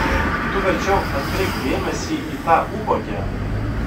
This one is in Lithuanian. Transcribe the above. tu verčiau atkreipk dėmesį į tą ubagę